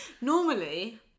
Normally